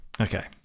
Okay